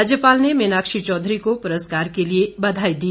राज्यपाल ने मीनाक्षी चौधरी को पुरस्कार के लिए बधाई दी